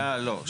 שנייה, לא.